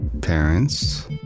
Parents